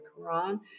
Quran